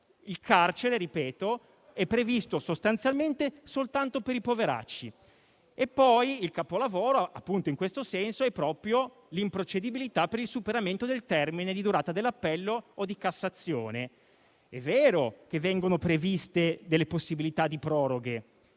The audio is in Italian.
Il carcere è previsto, sostanzialmente, soltanto per i poveracci. Il capolavoro, in questo senso, è proprio l'improcedibilità per il superamento del termine di durata dell'appello o del ricorso in Cassazione. È vero che vengono previste delle possibilità di proroghe,